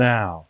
Now